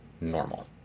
normal